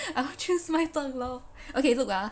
I will choose 麦当劳 okay look ah